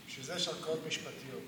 בשביל זה יש ערכאות משפטיות.